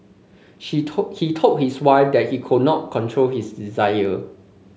she told he told his wife that he could not control his desire